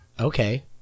Okay